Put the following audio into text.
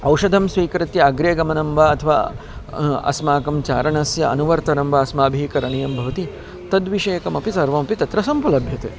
औषधं स्वीकृत्य अग्रे गमनं वा अथवा अस्माकं चारणस्य अनुवर्तनं वा अस्माभिः करणीयं भवति तद्विषयकमपि सर्वमपि तत्र समुपलभ्यते